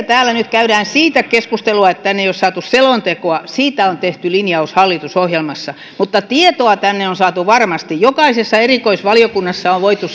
täällä nyt käydään siitä keskustelua että tänne ei ole saatu selontekoa mistä on tehty linjaus hallitusohjelmassa mutta tietoa tänne on saatu varmasti jokaisessa erikoisvaliokunnassa on voitu